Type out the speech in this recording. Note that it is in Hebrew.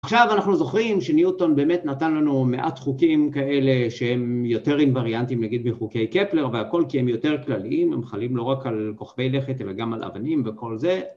עכשיו אנחנו זוכרים שניוטון באמת נתן לנו מעט חוקים כאלה שהם יותר אינווריאנטיים נגיד מחוקי קפלר והכל כי הם יותר כלליים, הם חלים לא רק על כוכבי לכת אלא גם על אבנים וכל זה